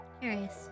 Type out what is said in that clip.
Curious